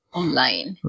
online